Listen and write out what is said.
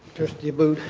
trustee abboud?